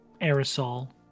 aerosol